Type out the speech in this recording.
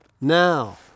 now